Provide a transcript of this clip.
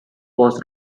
was